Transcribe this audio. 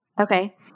Okay